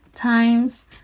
times